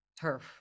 turf